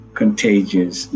contagious